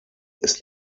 ist